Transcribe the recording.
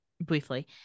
briefly